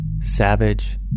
Savage